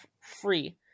free